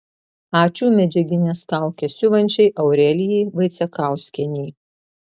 ačiū medžiagines kaukes siuvančiai aurelijai vaicekauskienei